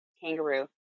kangaroo